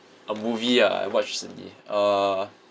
a movie ah I watched recently uh